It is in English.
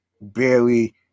barely